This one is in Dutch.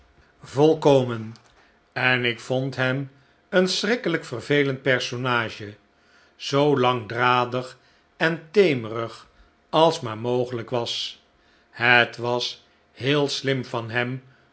volkomen en ik vond hem een schrikkelijk vervelend personage zoo langdradig en temerig als maar mogelijk was het was heel slim van hem